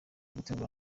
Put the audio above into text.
gutegura